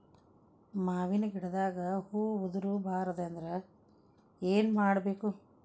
ಮಾವಿನ ಗಿಡದಾಗ ಹೂವು ಉದುರು ಬಾರದಂದ್ರ ಏನು ಮಾಡಬೇಕು?